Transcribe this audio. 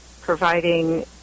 providing